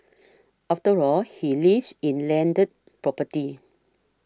after all he lives in landed property